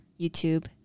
YouTube